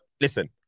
listen